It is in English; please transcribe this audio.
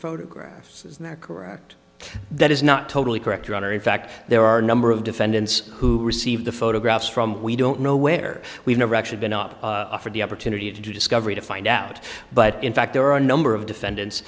photographs is that correct that is not totally correct your honor in fact there are a number of defendants who received the photographs from we don't know where we've never actually been up offered the opportunity to do discovery to find out but in fact there are a number of defendants